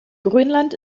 grönland